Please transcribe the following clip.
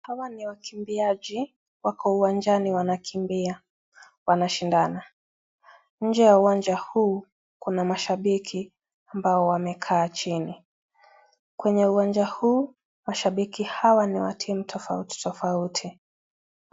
Hawa ni wakimbiaji, wako uwanjani wanakimbia, wanashindana. Nje ya uwanja huu kuna mashabiki ambao wamekaa chini kwenye uwanja huu. Mahabiki hawa ni wa timu tofauti tofauti.